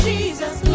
Jesus